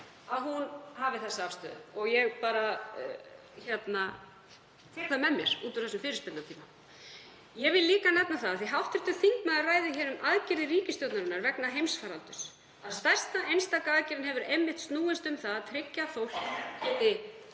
að hún hafi þessa afstöðu. Ég bara tek það með mér út úr þessum fyrirspurnatíma. Ég vil líka nefna það, af því að hv. þingmaður ræðir um aðgerðir ríkisstjórnarinnar vegna heimsfaraldurs, að stærsta einstaka aðgerðin hefur einmitt snúist um að tryggja að